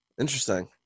Interesting